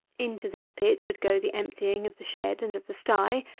into this pit would go the emptying of the shed and of the sty,